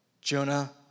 Jonah